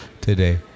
today